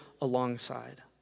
alongside